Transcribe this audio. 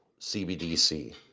CBDC